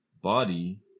body